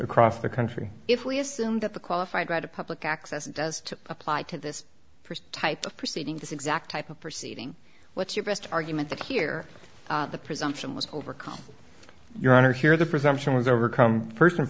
across the country if we assume that the qualified right a public access does to apply to this type of proceeding this exact type of proceeding what's your best argument here the presumption was overcome your honor here the presumption was overcome first and